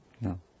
No